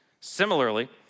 Similarly